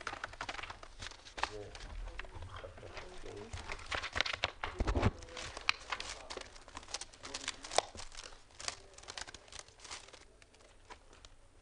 09:52.